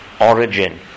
origin